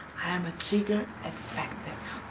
i am a trigger effective